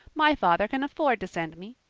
my father can afford to send me.